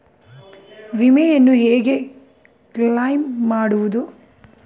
ವಿಮೆಯನ್ನು ಹೇಗೆ ಕ್ಲೈಮ್ ಮಾಡುವುದು?